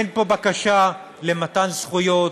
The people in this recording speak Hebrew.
אין פה בקשה למתן זכויות,